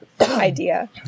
idea